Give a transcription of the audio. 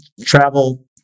travel